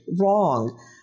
wrong